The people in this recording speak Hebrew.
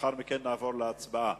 לאחר מכן נעבור להצבעה.